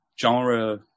genre